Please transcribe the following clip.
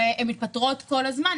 והן מתפטרות כל הזמן.